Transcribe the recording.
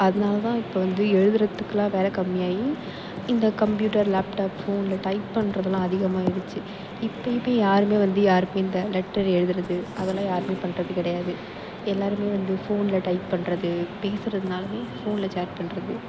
அதனால தான் இப்போ வந்து எழுதுகிறதுக்குலாம் வேலை கம்மியாகி இந்த கம்ப்யூட்டர் லேப்டாப் ஃபோனில் டைப் பண்ணுறதுலாம் அதிகமாயிடுச்சு இப்போ இப்போ யாருமே வந்து யாருக்குமே இந்த லெட்டர் எழுதுகிறது அதலாம் யாருமே பண்ணுறது கிடையாது எல்லோருமே வந்து ஃபோனில் டைப் பண்ணுறது பேசுகிறதுனாவே ஃபோனில் சேட் பண்ணுறது